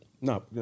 No